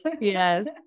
Yes